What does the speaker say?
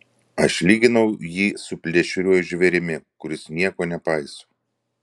aš lyginau jį su plėšriuoju žvėrimi kuris nieko nepaiso